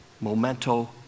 Memento